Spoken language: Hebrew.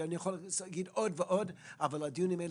אני יכול להגיד עוד ועוד אבל הדיונים האלה